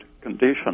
condition